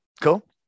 Cool